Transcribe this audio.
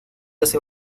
hace